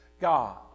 God